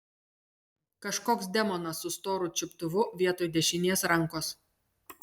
kažkoks demonas su storu čiuptuvu vietoj dešinės rankos